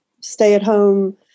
stay-at-home